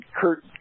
Kurt